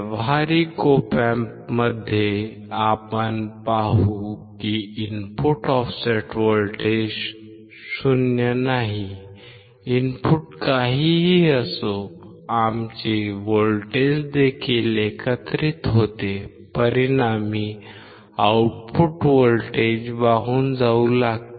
व्यावहारिक Op Amp मध्ये आपण पाहू की इनपुट ऑफसेट व्होल्टेज 0 नाही इनपुट काहीही असो आमचे व्होल्टेज देखील एकत्रित होते परिणामी आउटपुट व्होल्टेज वाहून जाऊ लागते